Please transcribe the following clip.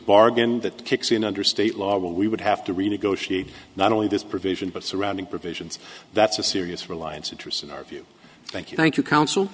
bargain that kicks in under state law we would have to renegotiate not only this provision but surrounding provisions that's a serious reliance interest in our view thank you thank you counsel